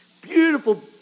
beautiful